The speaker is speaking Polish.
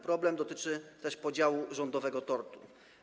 Problem dotyczy też podziału rządowego tortu.